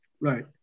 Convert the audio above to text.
Right